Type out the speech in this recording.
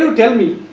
um tell me